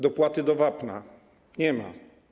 Dopłaty do wapna - nie ma.